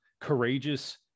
courageous